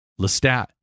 Lestat